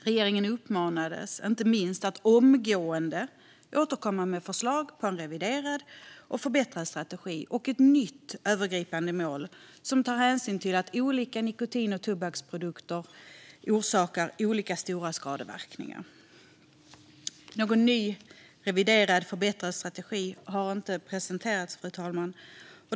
Regeringen uppmanades inte minst att omgående återkomma med förslag på en reviderad och förbättrad strategi och ett nytt övergripande mål som tar hänsyn till att olika nikotin och tobaksprodukter orsakar olika stora skador. Någon ny, reviderad och förbättrad strategi har inte presenterats, fru talman.